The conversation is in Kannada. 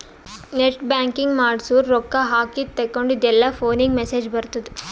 ನೆಟ್ ಬ್ಯಾಂಕಿಂಗ್ ಮಾಡ್ಸುರ್ ರೊಕ್ಕಾ ಹಾಕಿದ ತೇಕೊಂಡಿದ್ದು ಎಲ್ಲಾ ಫೋನಿಗ್ ಮೆಸೇಜ್ ಬರ್ತುದ್